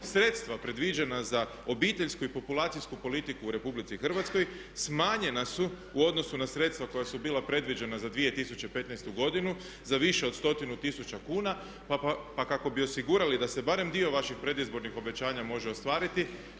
Sredstva predviđena za obiteljsku i populacijsku politiku u RH smanjena su u odnosu na sredstva koja su bila predviđena za 2015. godinu za više od stotinu tisuća kuna pa kako bi osigurali da se barem dio vaših predizbornih obećanja može ostvariti.